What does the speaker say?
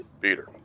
Peter